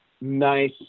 nice